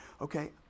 okay